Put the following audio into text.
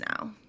now